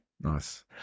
Nice